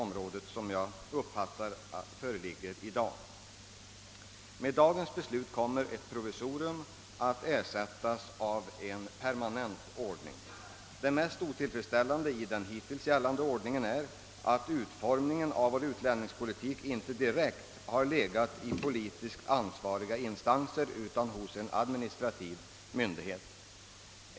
Med dagens beslut kommer ett provisorium att ersättas av en permanent ordning. Det mest otillfredsställande i den hittills gällande ordningen är att utformningen av vår utlänningspolitik inte direkt har skett i politiskt ansvariga instanser utan hos en administrativ myndighet.